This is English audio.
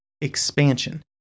expansion